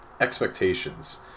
expectations